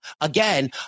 Again